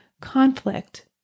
conflict